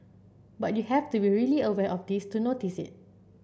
but you have to be really aware of this to notice it